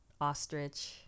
ostrich